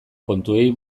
kontuei